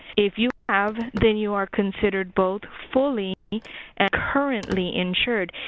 if you have, then you are considered both fully and currently insured.